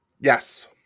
Yes